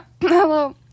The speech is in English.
Hello